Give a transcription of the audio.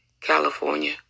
California